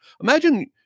Imagine